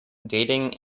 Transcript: dating